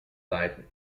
seiten